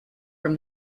from